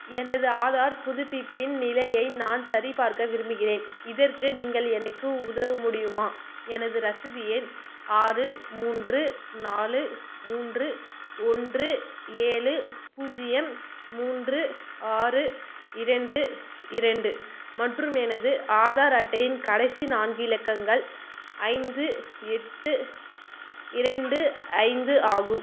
எனது ஆதார் புதுப்பிப்பின் நிலையை நான் சரிபார்க்க விரும்புகிறேன் இதற்கு நீங்கள் எனக்கு உதவ முடியுமா எனது ரசீது எண் ஆறு மூன்று நாலு மூன்று ஒன்று ஏழு பூஜ்ஜியம் மூன்று ஆறு இரண்டு இரண்டு மற்றும் எனது ஆதார் அட்டையின் கடைசி நான்கு இலக்கங்கள் ஐந்து எட்டு இரண்டு ஐந்து ஆகும்